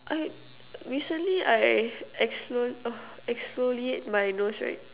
I recently I exfo~ uh exfoliate my nose right